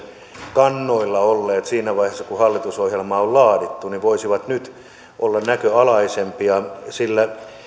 kannoilla olleet siinä vaiheessa kun hallitusohjelmaa on laadittu voisivat nyt olla näköalaisempia sillä